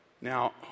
Now